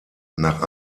nach